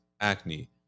acne